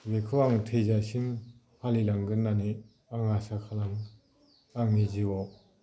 बेखौ आङो थैजासिम फालिलांगोन होननानै आं आसा खालामो आंनि जिउआव